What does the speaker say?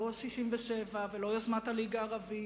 לא 67' ולא יוזמת הליגה הערבית